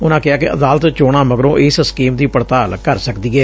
ਉਨਾਂ ਕਿਹਾ ਕਿ ਅਦਾਲਤ ਚੋਣਾ ਮਗਰੋਂ ਇਸ ਸਕੀਮ ਦੀ ਪੜਤਾਲ ਕਰ ਸਕਦੀ ਏ